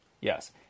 yes